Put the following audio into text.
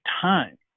time